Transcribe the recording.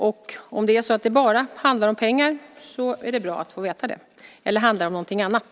Om det bara handlar om pengar är det bra att få veta det. Handlar det om något annat?